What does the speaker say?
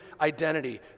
identity